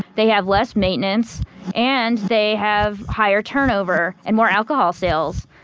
they have less maintenance and they have higher turnover and more alcohol sales.